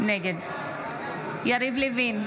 נגד יריב לוין,